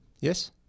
yes